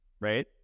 right